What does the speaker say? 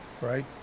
right